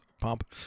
pump